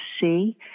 see